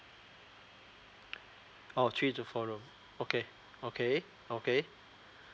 orh three to four room okay okay okay